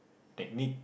technique